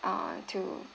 uh to